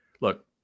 look